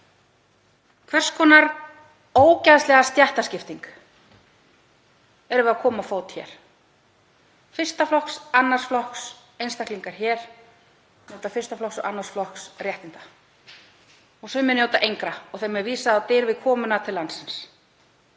Hvers konar ógeðslegri stéttaskiptingu erum við að koma á fót hér? Fyrsta flokks og annars flokks einstaklingar hér njóta fyrsta flokks og annars flokks réttinda og sumir njóta engra og þeim er vísað á dyr við komuna til landsins.